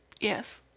Yes